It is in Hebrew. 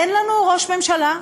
אין לנו ראש ממשלה,